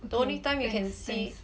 the only time you can see